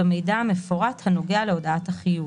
במידע המפורט הנוגע להודעת החיוב."